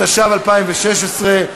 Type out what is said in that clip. התשע"ו 2016,